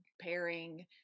pairing